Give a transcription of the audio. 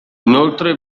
inoltre